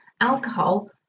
alcohol